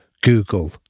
Google